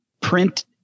print